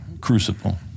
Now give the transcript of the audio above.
Crucible